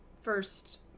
first